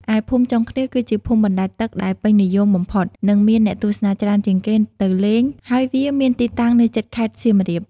ឯភូមិចុងឃ្នៀស គឺជាភូមិបណ្តែតទឹកដែលពេញនិយមបំផុត និងមានអ្នកទស្សនាច្រើនជាងគេទៅលេង ហើយវាមានទីតាំងនៅជិតខេត្តសៀមរាប។